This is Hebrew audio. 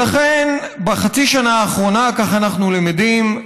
ולכן, בחצי השנה האחרונה, ככה אנחנו למדים,